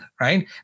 right